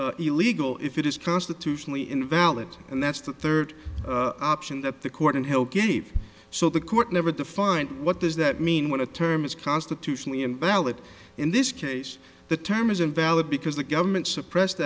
is illegal if it is constitutionally invalid and that's the third option that the court and he'll give so the court never defined what does that mean when a term is constitutionally invalid in this case the term is invalid because the government suppressed